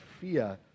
fear